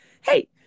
hey